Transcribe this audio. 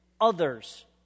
others